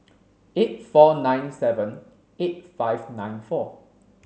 eight four nine seven eight five nine four